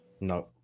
No